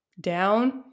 down